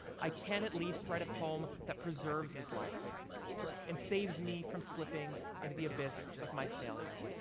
i can at least write a poem that preserves his life and saves me from slipping into the abyss of my failure.